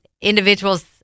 individuals